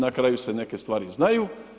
Na kraju se neke stvari i znaju.